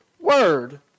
word